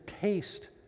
taste